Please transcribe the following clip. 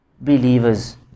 believers